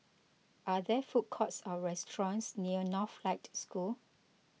are there food courts or restaurants near Northlight School